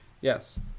Yes